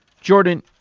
Jordan